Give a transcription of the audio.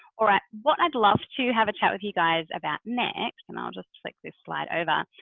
alright, what i'd love to have a chat with you guys about next and i'll just flick this slide over,